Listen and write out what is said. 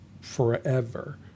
forever